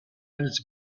minutes